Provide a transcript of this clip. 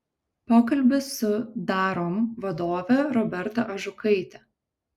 pokalbis su darom vadove roberta ažukaite